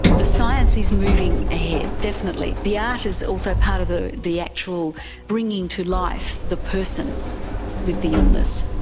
the science is moving ahead definitely, the art is also part of the the actual bringing to life the person with the illness.